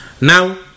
Now